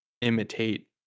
imitate